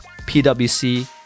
PwC